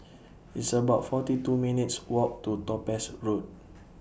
It's about forty two minutes' Walk to Topaz Road